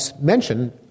mention